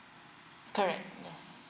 correct yes